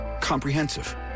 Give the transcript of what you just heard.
Comprehensive